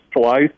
twice